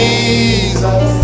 Jesus